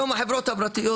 היום החברות הפרטיות,